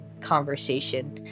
conversation